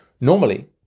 Normally